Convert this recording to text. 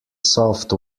soft